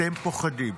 אתם פוחדים.